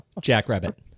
Jackrabbit